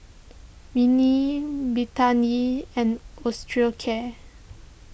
Rene Betadine and Osteocare